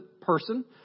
person